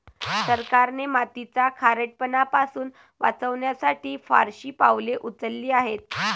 सरकारने मातीचा खारटपणा पासून वाचवण्यासाठी फारशी पावले उचलली आहेत